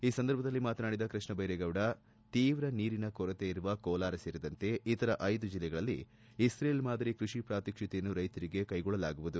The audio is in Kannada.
ಈ ಸಂದರ್ಭದಲ್ಲಿ ಮಾತನಾಡಿದ ಕೃಷ್ಣಬೈರೇಗೌಡ ಶೀವ್ರ ನೀರಿನ ಕೊರತೆ ಇರುವ ಕೋಲಾರ ಸೇರಿದಂತೆ ಇತರ ಐದು ಜಿಲ್ಲೆಗಳಲ್ಲಿ ಇಕ್ರೇಲ್ ಮಾದರಿ ಕೃಷಿ ಪಾತ್ವಕ್ಷತೆಯನ್ನು ರೈತರಿಗೆ ಕೈಗೊಳ್ಳಲಾಗುವುದು